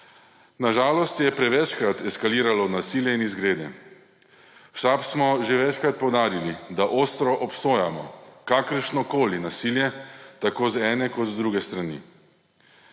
Na žalost so prevečkrat eskalirali nasilje in izgredi. V SAB smo že večkrat poudarili, da ostro obsojamo kakršnokoli nasilje tako z ene kot z druge strani.